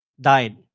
died